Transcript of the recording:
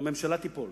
הממשלה תיפול.